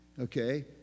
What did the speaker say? okay